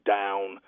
down